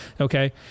Okay